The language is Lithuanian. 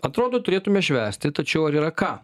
atrodo turėtume švęsti tačiau ar yra ką